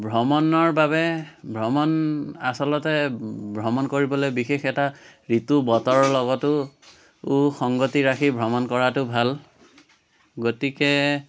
ভ্ৰমণৰ বাবে ভ্ৰমণ আচলতে ভ্ৰমণ কৰিবলৈ বিশেষ এটা ঋতু বতৰৰ লগতো ও সংগতি ৰাখি ভ্ৰমণ কৰাতো ভাল গতিকে